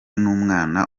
n’umwana